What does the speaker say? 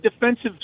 defensive